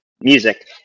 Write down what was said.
music